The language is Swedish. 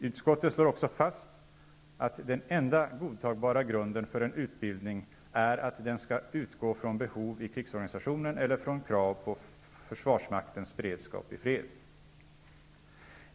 Utskottet slår också fast att den enda godtagbara grunden för en utbildning är att den skall utgå från behov i krigsorgasnisationen eller från krav på försvarsmaktens beredskap i fred.